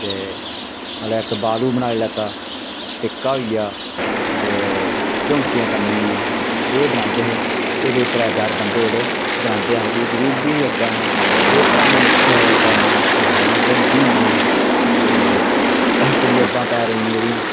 दे मतलब ऐ इक बालू बनाई लैता टिक्का होई गेआ ते झुमकियां कन्नै दियां एह् बनांदे हे एह् कोई त्रै चार बन्धे जेह्ड़े बनांदे हे कि के गरीबी ही उस टाइम ते एह् पराने टैमे दी गल्ल सनां बुगदियां होंदियां हियां ते पंजेबां पैरें दियां जेह्ड़ियां